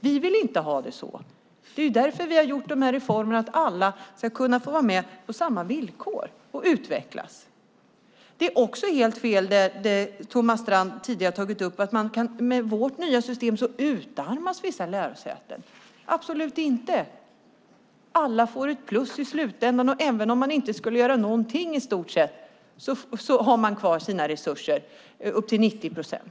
Vi vill inte ha det så. Det är därför vi gjort reformerna som innebär att alla ska kunna vara med på samma villkor och utvecklas. Det är också helt fel när Thomas Strand tidigare sagt att vissa lärosäten utarmas med vårt nya system. Absolut inte. Alla får plus i slutändan, och även om man skulle göra i stort sett ingenting har man kvar sina resurser upp till 90 procent.